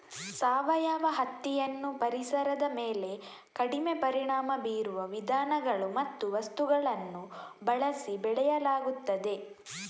ಸಾವಯವ ಹತ್ತಿಯನ್ನು ಪರಿಸರದ ಮೇಲೆ ಕಡಿಮೆ ಪರಿಣಾಮ ಬೀರುವ ವಿಧಾನಗಳು ಮತ್ತು ವಸ್ತುಗಳನ್ನು ಬಳಸಿ ಬೆಳೆಯಲಾಗುತ್ತದೆ